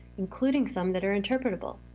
including some that are interpretable.